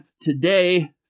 today